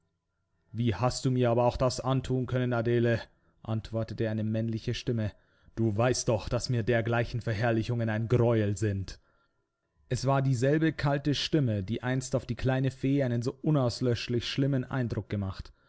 wie hast du mir aber auch das anthun können adele antwortete eine männliche stimme du weißt doch daß mir dergleichen verherrlichungen ein greuel sind es war dieselbe kalte stimme die einst auf die kleine fee einen so unauslöschlich schlimmen eindruck gemacht